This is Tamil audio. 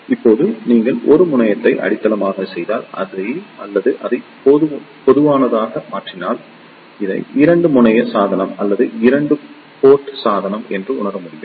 இப்போது நீங்கள் 1 முனையத்தை அடித்தளமாக செய்தால் அல்லது அதை பொதுவானதாக மாற்றினால் இதை 2 முனைய சாதனம் அல்லது 2 போர்ட் சாதனம் என உணர முடியும்